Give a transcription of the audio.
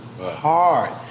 hard